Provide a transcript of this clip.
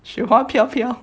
雪花飘飘